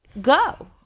Go